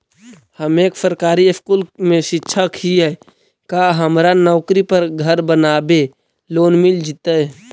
हम एक सरकारी स्कूल में शिक्षक हियै का हमरा नौकरी पर घर बनाबे लोन मिल जितै?